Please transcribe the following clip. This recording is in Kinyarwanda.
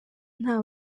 nta